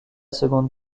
seconde